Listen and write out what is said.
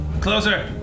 closer